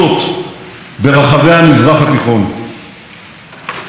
שאני הזהרתי מפני הסכנות הללו גם כשהדבר